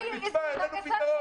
ואומרים לי: אין לנו פתרון,